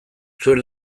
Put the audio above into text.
zuen